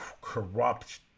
corrupt